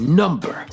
number